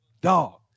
dog